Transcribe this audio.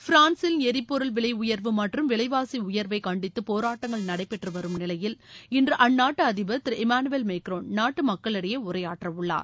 பிரான்சில் எரிபொருள் விலை உயர்வு மற்றும் விலைவாசி உயர்வை கண்டித்து போராட்டங்கள் நடைபெற்று வரும் நிலையில் இன்று அந்நாட்டு அதிபர் திரு இம்மானுவேல் மெக்ரோன் நாட்டு மக்களிடையே உரையாற்றவுள்ளார்